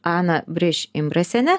ana briš imbrasiene